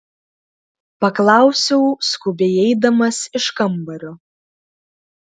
paklausiau skubiai eidamas iš kambario